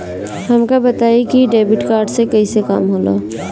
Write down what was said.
हमका बताई कि डेबिट कार्ड से कईसे काम होला?